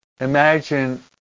imagine